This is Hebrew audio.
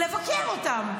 לבקר אותם.